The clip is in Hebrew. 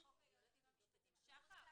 חובה גורפת בלי שום אפשרות למתן אותה --- זה לא מדתי.